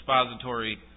expository